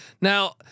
Now